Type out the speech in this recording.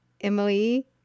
Emily